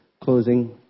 closing